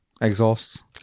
exhausts